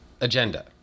agenda